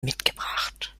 mitgebracht